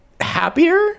happier